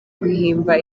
guhimba